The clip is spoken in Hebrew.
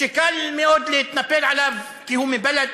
שקל מאוד להתנפל עליו כי הוא מבל"ד?